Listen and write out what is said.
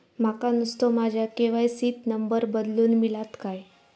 माका नुस्तो माझ्या के.वाय.सी त नंबर बदलून मिलात काय?